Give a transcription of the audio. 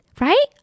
right